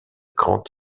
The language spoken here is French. grand